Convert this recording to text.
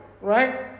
right